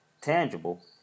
tangible